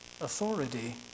authority